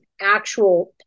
actual